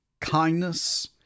kindness